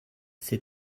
c’est